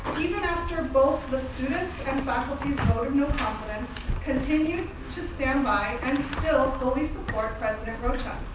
even after both the students and faculties voted no confidence continued to stand by and still fully support president rocha.